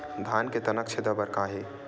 धान के तनक छेदा बर का हे?